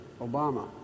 Obama